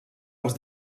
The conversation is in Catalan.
els